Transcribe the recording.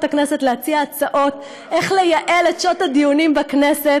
הכנסת להציע הצעות איך לייעל את שעות הדיונים בכנסת